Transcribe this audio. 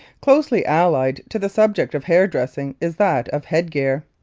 closely allied to the subject of hair-dressing is that of head-gear.